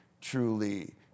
truly